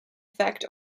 affect